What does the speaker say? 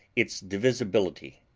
its divisibility.